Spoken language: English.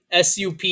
sup